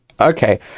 Okay